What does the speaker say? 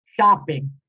Shopping